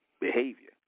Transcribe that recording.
behavior